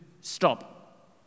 stop